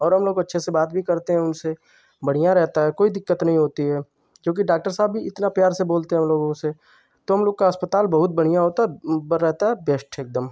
और हम लोग अच्छे से बात भी करते हैं उनसे बढ़ियाँ रहता है कोई दिक्कत नहीं होती है क्योंकि डॉक्टर साहब भी इतना प्यार से बोलते हैं हम लोगों से तो हम लोग का अस्पताल बहुत बढ़ियाँ होता है रहता है बेस्ट है एकदम